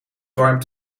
warmt